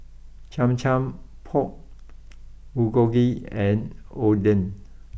Cham Cham Pork Bulgogi and Oden